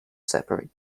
separate